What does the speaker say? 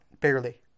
barely